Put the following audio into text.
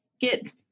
get